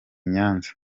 nyanza